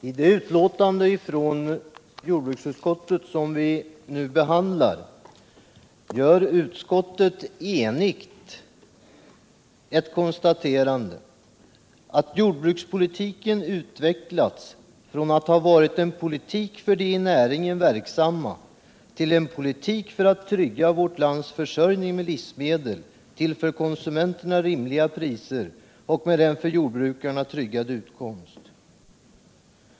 I det betänkande från jordbruksutskottet som vi nu behandlar gör utskottet enigt konstaterandet att jordbrukspolitiken utvecklats från att ha varit en politik för de i näringen verksamma till en politik för att trygga vårt lands försörjning med livsmedel till för konsumenterna rimliga priser och med en för jordbrukarna tryggad utkomst.